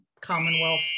commonwealth